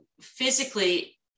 physically